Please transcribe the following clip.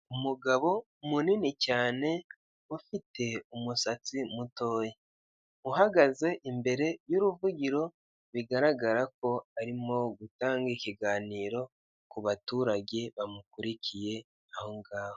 Umugabo munini cyane ufite umusatsi mutoya, uhagaze imbere y'uruvugiro bigargara ko ari gutanga ikiganiro imbere y'abaturage bamukurikye aho ngaho.